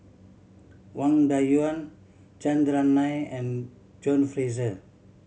Wang Dayuan Chandran Nair and John Fraser